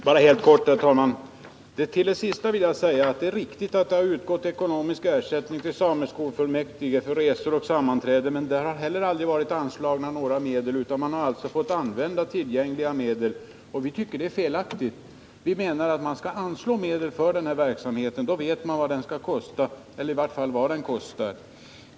Herr talman! Jag skall fatta mig helt kort och till det sista som Kerstin Göthberg anförde säga att det är riktigt att det utgått ekomisk ersättning till sameskolfullmäktige för resor och sammanträden, men några medel för detta har aldrig varit anslagna, utan man har fått använda tillgängliga medel. Det tycker vi är felaktigt. Vi menar att man skall anslå medel för den här verksamheten, för då vet man vilka kostnader det kommer att röra sig om.